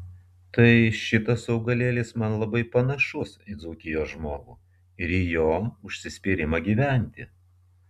tai šitas augalėlis man labai panašus į dzūkijos žmogų ir jo užsispyrimą gyventi